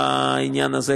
בעניין הזה,